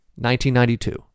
1992